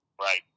Right